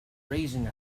raising